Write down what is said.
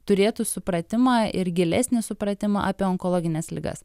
turėtų supratimą ir gilesnį supratimą apie onkologines ligas